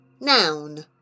Noun